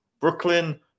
Brooklyn